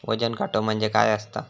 वजन काटो म्हणजे काय असता?